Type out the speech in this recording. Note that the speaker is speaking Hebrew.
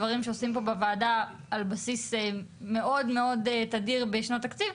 דברים שעושים פה בוועדה על בסיס מאוד מאוד תדיר בשנת תקציב,